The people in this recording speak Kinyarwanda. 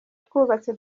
twubatse